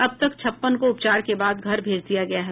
अब तक छप्पन को उपचार के बाद घर भेज दिया गया है